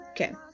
okay